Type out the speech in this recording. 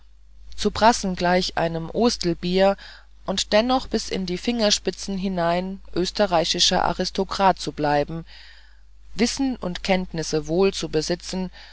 zu prassen gleich einem ostelbier und dennoch bis in die fingerspitzen hinein österreichischer aristokrat zu bleiben wissen und kenntnisse wohl zu besitzen